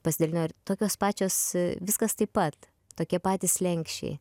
pasidalino ir tokios pačios viskas taip pat tokie patys slenksčiai